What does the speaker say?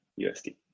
USD